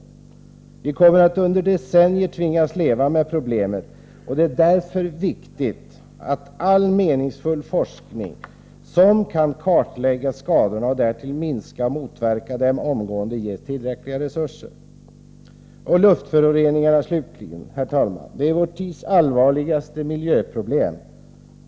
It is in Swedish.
Under decennier kommer vi att tvingas leva med problemet. Därför är det viktigt att all meningsfull forskning som kan leda till att skadorna kartläggs och att de minskas och motverkas omgående ges tillräckliga resurser. Herr talman! Luftföroreningarna är vår tids allvarligaste miljöproblem.